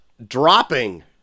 dropping